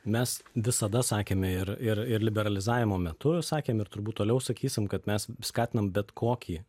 mes visada sakėme ir ir ir liberalizavimo metu sakėm ir turbūt toliau sakysim kad mes skatinam bet kokį